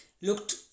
looked